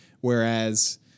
whereas